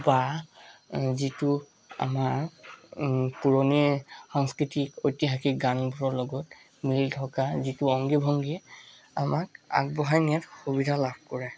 বা যিটো আমাৰ পুৰণি সংস্কৃতিৰ ঐতিহাসিক গানবোৰৰ লগত মিল থকা যিটো অংগী ভংগী আমাক আগবঢ়াই নিয়াত সুবিধা লাভ কৰে